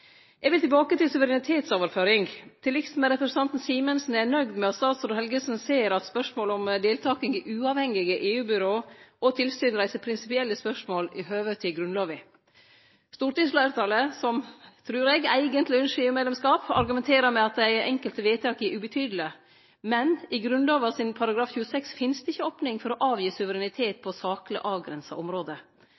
Eg vil tilbake til suverenitetsoverføring. Til liks med representanten Simensen er eg nøgd med at statsråd Helgesen ser at spørsmålet om deltaking i uavhengige EU-byrå og -tilsyn reiser prinsipielle spørsmål i høve til Grunnlova. Stortingsfleirtalet, som, trur eg, eigentleg ynskjer EU-medlemskap, argumenterer med at dei enkelte vedtaka er ubetydelege, men i § 26 i Grunnlova finst det ikkje opning for å gi frå seg suverenitet